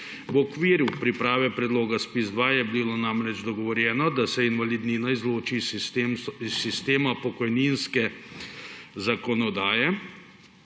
V okviru priprave predloga ZPIZ-2 je bilo namreč dogovorjeno, da se invalidnina izloči iz sistema pokojninske zakonodaje.